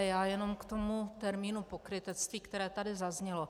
Já jen k tomu termínu pokrytectví, které tady zaznělo.